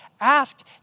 asked